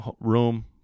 room